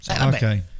Okay